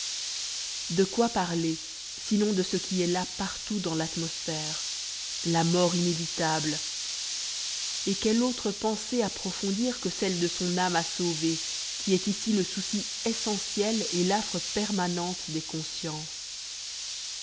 de quoi parler sinon de ce qui est là partout dans l'atmosphère la mort inévitable et quelle autre pensée approfondir que celle de son âme à sauver qui est ici le souci essentiel et l'affre permanente des consciences